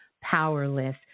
powerless